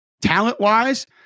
Talent-wise